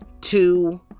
two